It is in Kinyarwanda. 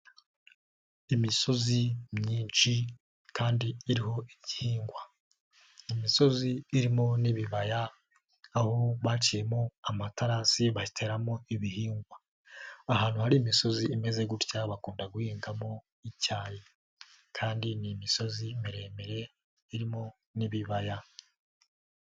Imisozi myinshi kandi iriho igihingwa, imisozi irimo n'ibibaya, aho baciyemo amatarasi bateramo ibihingwa. Ahantu hari imisozi imeze gutya bakunda guhingamo icyayi, kandi n'imisozi miremire irimo n'ibibaya.